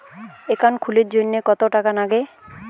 Account খুলির জন্যে কত টাকা নাগে?